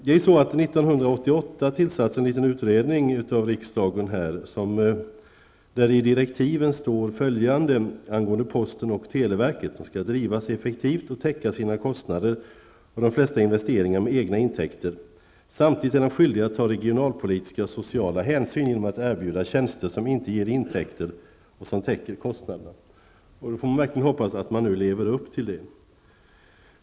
År 1988 tillsattes en liten utredning av riksdagen, där det i direktiven heter angående posten och televerket: De skall drivas effektivt och täcka sina kostnader och de flesta investeringar med egna intäkter. Samtidigt är de skyldiga att ta regionalpolitiska och sociala hänsyn genom att erbjuda tjänster som inte ger intäkter och täcker kostnaderna. -- Vi får verkligen hoppas att man nu lever upp till det.